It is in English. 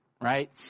right